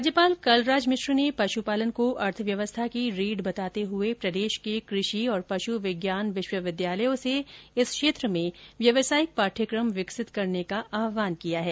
राज्यपाल कलराज मिश्र ने पश्न पालन को अर्थव्यवस्था की रीढ़ वताते हुए प्रदेश के कृषि तथा पश्न विज्ञान विश्वविद्यालयों से इस क्षेत्र में व्यावसायिक पाठ्यक्रम विकसित करने का आहवान किया है